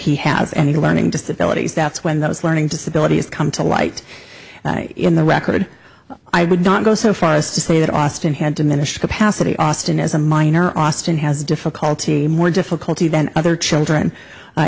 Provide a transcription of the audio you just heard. he has any learning disability that's when those learning disabilities come to light in the record i would not go so far as to say that austin had diminished capacity austin as a minor austin has difficulty more difficulty than other children